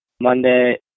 Monday